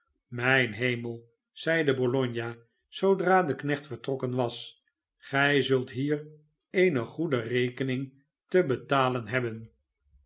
mijn hem el t zeide bologna zoodra de knecht vertrokken was gij zult hier eene goede rekening te betalen hebben